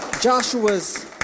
Joshua's